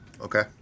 Okay